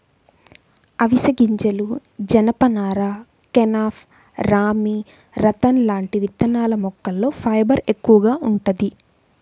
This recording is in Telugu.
అవిశె గింజలు, జనపనార, కెనాఫ్, రామీ, రతన్ లాంటి విత్తనాల మొక్కల్లో ఫైబర్ ఎక్కువగా వుంటది